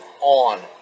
on